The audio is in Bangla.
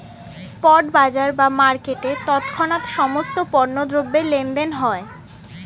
স্পট বাজার বা মার্কেটে তৎক্ষণাৎ সমস্ত পণ্য দ্রব্যের লেনদেন হয়